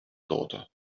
daughter